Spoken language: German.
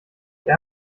der